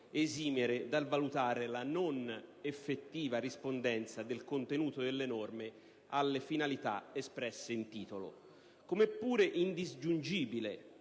esimere dal valutare la non effettiva rispondenza del contenuto delle norme alle finalità espresse in titolo. Come pure indisgiungibile